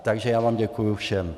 Takže já vám děkuji všem.